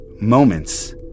moments